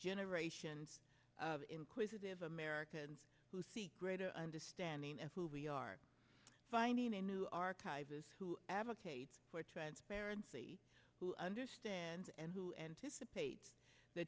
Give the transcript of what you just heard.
generations of inquisitive american greater understanding of who we are finding a new archivist who advocates for transparency who understands and who anticipate the